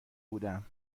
بودم